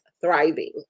thriving